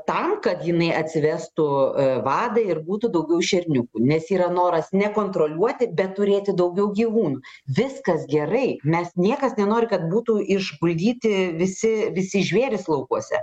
tam kad jinai atsivestų vadą ir būtų daugiau šerniukų nes yra noras ne kontroliuoti bet turėti daugiau gyvūnų viskas gerai mes niekas nenori kad būtų išguldyti visi visi žvėrys laukuose